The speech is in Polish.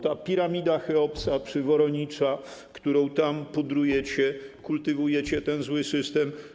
Ta piramida Cheopsa przy Woronicza, którą tam pudrujecie, kultywujecie ten zły system.